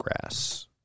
grass